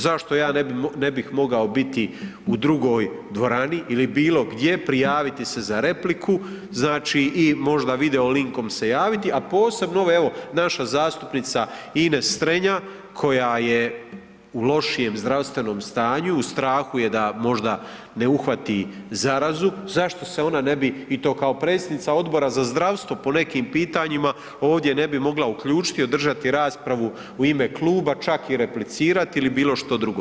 Zašto ja ne bih mogao biti u drugoj dvorani ili bilo gdje, prijaviti se za repliku i možda video linkom se javiti, a posebno evo naša zastupnica Ines Strenja koja je u lošijem zdravstvenom stanju u strahu je da možda ne uhvati zarazu, zašto se ona ne bi i to kao predsjednica Odbor za zdravstvo po nekim pitanjima ovdje ne bi mogla uključiti i održati raspravu u ime kluba, čak i replicirati ili bilo što drugo.